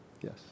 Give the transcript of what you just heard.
Yes